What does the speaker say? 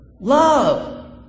love